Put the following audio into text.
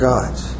God's